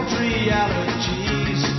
realities